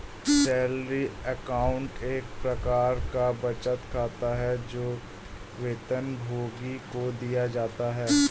salary account एक प्रकार का बचत खाता है, जो वेतनभोगी को दिया जाता है